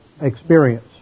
experience